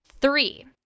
three